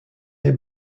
des